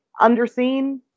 underseen